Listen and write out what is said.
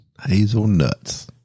Hazelnuts